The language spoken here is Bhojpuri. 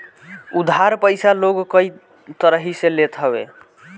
उधार पईसा लोग कई तरही से लेत हवे